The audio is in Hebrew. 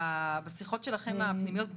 בשיחות הפנימיות שלכם,